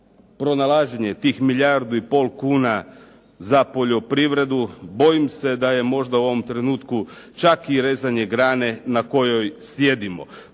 pronalaženje tih milijardu i pol kuna za poljoprivredu bojim se da je možda u ovom trenutku čak i rezanje grane na kojoj sjedimo.